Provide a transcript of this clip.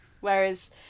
whereas